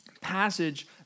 passage